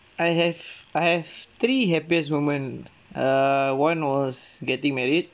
I have I have three happiest moment err one was getting married